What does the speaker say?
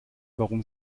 warum